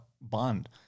bond